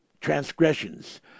transgressions